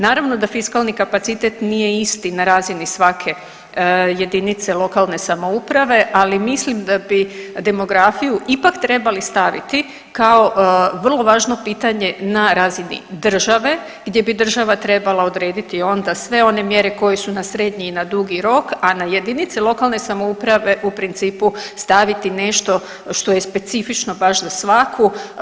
Naravno da fiskalni kapacitet nije isti na razini svake jedinice lokalne samouprave ali mislim da bi demografiju ipak trebali staviti kao vrlo važno pitanje na razini države gdje bi država trebala odrediti onda sve one mjere koje su na srednji i na dugi rok, a na jedinice lokalne samouprave u principu staviti nešto što je specifično baš za svaku.